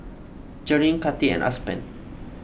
Jerilynn Kati and Aspen